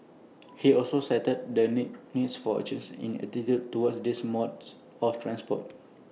he also cited the need needs for A change in attitudes towards these modes of transport